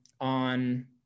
on